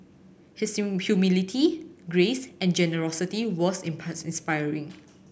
his humility grace and generosity was inspiring